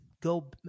go